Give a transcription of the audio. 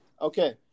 Okay